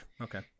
Okay